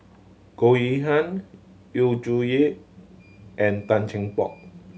Goh Yihan Yu Zhuye and Tan Cheng Bock